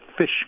fish